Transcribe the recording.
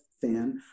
fan